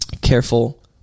careful